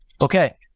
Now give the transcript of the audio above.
okay